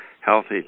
Healthy